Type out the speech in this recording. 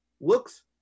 looks